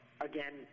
again